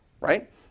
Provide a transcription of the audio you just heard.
right